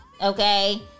okay